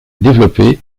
développé